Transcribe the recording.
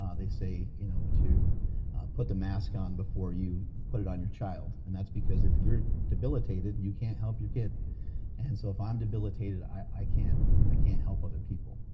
um they say you know to put the mask on before you put it on your child. and that's because if you're debilitated, and you can't help your kid and so if i'm debilitated i can't i can't help other people,